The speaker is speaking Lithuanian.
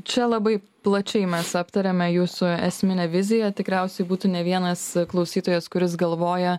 čia labai plačiai mes aptariame jūsų esminę viziją tikriausiai būtų ne vienas klausytojas kuris galvoja